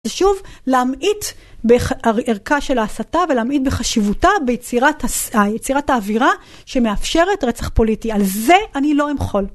שוב, להמעיט בערכה של ההסתה ולהמעיט בחשיבותה ביצירת האווירה שמאפשרת רצח פוליטי. על זה אני לא אמחול.